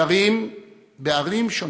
גרים בערים שונות,